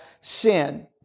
sin